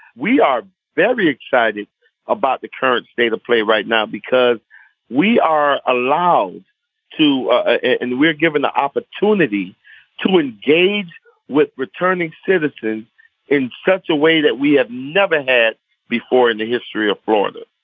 we are very excited about the current state of play right now because we are allowed to ah and we are given the opportunity to engage with returning citizens in such a way that we have never had before in the history of florida.